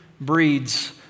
breeds